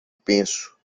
penso